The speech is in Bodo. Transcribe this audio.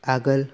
आगोल